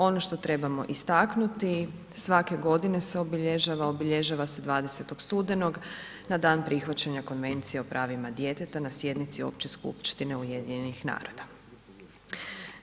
Ono što trebamo istaknuti, svake godine se obilježava, obilježava se 20. studenog na dan prihvaćanja Konvencije o pravima djeteta na sjednici Opće skupštine UN-a.